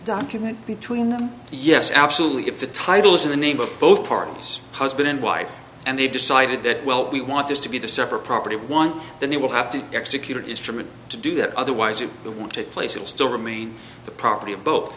document between them yes absolutely if the title is the name of both parties husband and wife and they decided that well we want this to be the separate property one that he will have to execute instrument to do that otherwise you will want to place you'll still remain the property of bo